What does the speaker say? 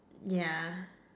yeah